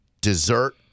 dessert